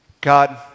God